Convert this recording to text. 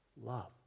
love